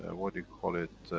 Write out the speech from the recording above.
and what you call it,